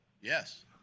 yes